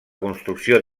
construcció